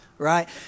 Right